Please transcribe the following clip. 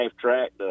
track